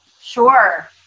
Sure